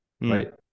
right